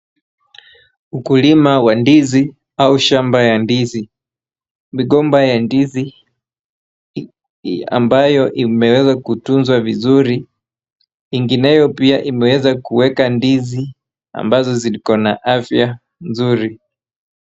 Ukulima wa ndizi au shamba ya ndizi. Migomba ya ndizi ambayo imeweza kutunzwa vizuri, ingineyo pia imeweza kuweka ndizi ambazo ziko na afya nzuri.